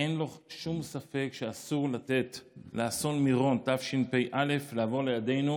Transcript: אין שום ספק שאסור לתת לאסון מירון תשפ"א לעבור לידנו